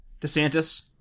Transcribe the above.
DeSantis